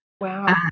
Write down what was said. Wow